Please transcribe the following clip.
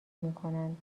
میکنند